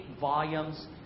volumes